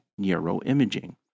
neuroimaging